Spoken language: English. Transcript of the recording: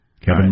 Kevin